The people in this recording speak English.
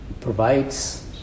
provides